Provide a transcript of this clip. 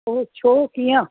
छो छो कीअं